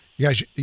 guys